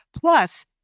Plus